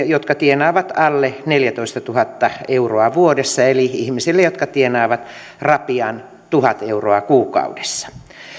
jotka tienaavat alle neljätoistatuhatta euroa vuodessa eli ihmisten jotka tienaavat rapiat tuhat euroa kuukaudessa